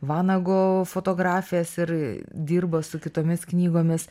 vanago fotografijas ir dirba su kitomis knygomis